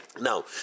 Now